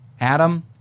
Adam